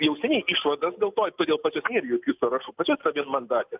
jau seniai išvadas dėl to i todėl pas juos nėr jokių sąrašų pas juos vienmandatė